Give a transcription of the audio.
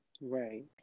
right